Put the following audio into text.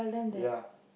ya